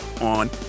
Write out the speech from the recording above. on